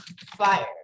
fire